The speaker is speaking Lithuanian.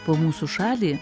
po mūsų šalį